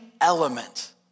element